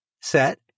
Set